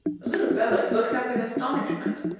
the little fellows looked up in astonishment,